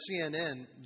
CNN